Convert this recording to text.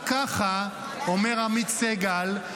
אומר עמית סגל.